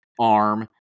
arm